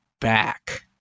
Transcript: back